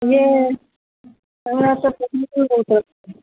ऐह हमरा सबके ई टोल ओ टोल